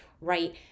right